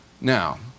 Now